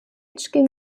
ging